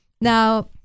Now